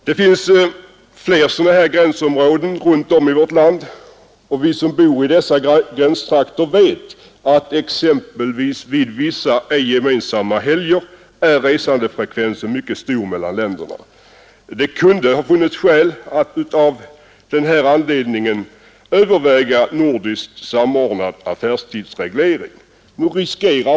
Det finns fler sådana här gränsområden runtom i vårt land, och vi som bor i dessa gränstrakter vet att vid exempelvis vissa ej gemensamma helger är resandefrekvensen mycket stor mellan länderna. Det kunde därför ha funnits skäl överväga nordiskt samordnad affärstidsreglering.